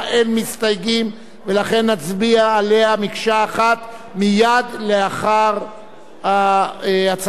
ולכן נצביע עליה מקשה אחת מייד לאחר הצגת החוק.